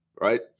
Right